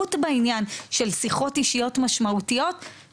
כי בני נוער, יותר לבני נוער, ממבוגרים.